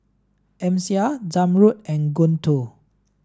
Amsyar Zamrud and Guntur